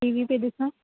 T V पई ॾिसां